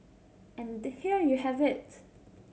and here you have it